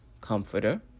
Comforter